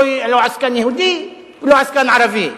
לא עסקן יהודי ולא עסקן ערבי.